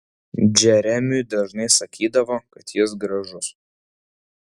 džeremiui dažnai sakydavo kad jis gražus